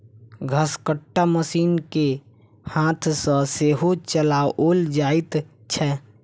घसकट्टा मशीन के हाथ सॅ सेहो चलाओल जाइत छै